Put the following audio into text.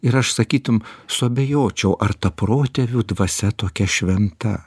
ir aš sakytum suabejočiau ar ta protėvių dvasia tokia šventa